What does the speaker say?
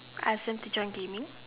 ask them to join gaming